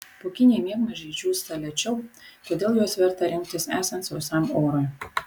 pūkiniai miegmaišiai džiūsta lėčiau todėl juos verta rinktis esant sausam orui